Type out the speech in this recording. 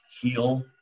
Heal